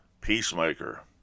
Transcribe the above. Peacemaker